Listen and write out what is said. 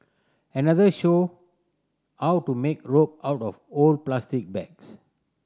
another showed how to make rope out of old plastic bags